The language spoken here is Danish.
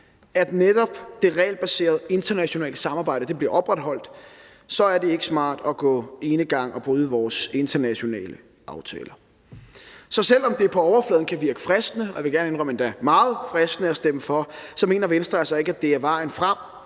at netop det regelbaserede internationale samarbejde bliver opretholdt, så er det ikke smart at gå enegang og bryde vores internationale aftaler. Så selv om det på overfladen kan virke fristende – og jeg vil gerne indrømme endda meget fristende – at stemme for, så mener Venstre altså ikke, det er vejen frem